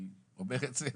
אני אומר את זה.